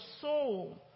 soul